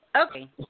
Okay